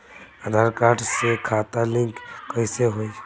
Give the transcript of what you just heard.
आधार card से खाता link कईसे होई?